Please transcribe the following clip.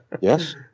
Yes